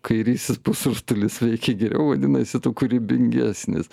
kairysis pusrutulis veikia geriau vadinasi tu kūrybingesnis